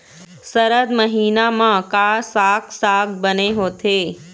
सरद महीना म का साक साग बने होथे?